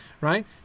right